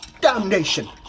Damnation